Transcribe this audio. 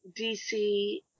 DC